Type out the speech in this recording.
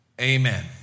Amen